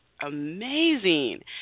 amazing